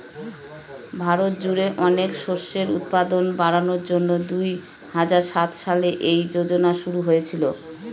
ভারত জুড়ে অনেক শস্যের উৎপাদন বাড়ানোর জন্যে দুই হাজার সাত সালে এই যোজনা শুরু হয়েছিল